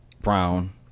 Brown